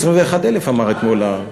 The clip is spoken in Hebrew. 21,000, אמר אתמול,